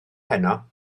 heno